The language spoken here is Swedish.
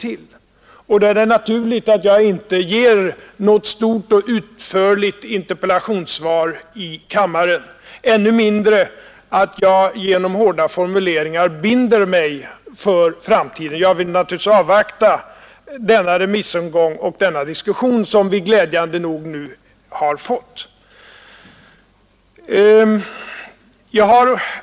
Då är det naturligt att jag inte ger något stort och utförligt interpellationssvar i kammaren — än mer naturligt är det att jag inte genom härda formuleringar binder mig för framtiden. Jag vill naturligt vis avvakta remissomgangen och den diskussion som glädjande nog nu kommit till stånd.